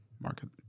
market